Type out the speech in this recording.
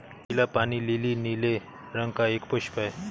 नीला पानी लीली नीले रंग का एक पुष्प है